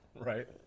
Right